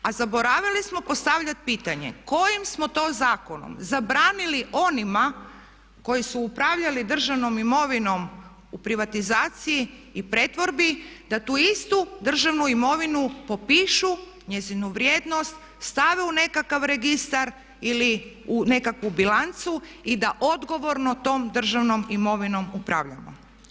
A zaboravili smo postavljati pitanje kojim smo to zakonom zabranili onima koji su upravljali državnom imovinom u privatizaciji i pretvorbi da tu istu državnu imovinu popišu njezinu vrijednost, stave u nekakav registar ili u nekakvu bilancu i da odgovorno tom državnom imovinom upravljamo.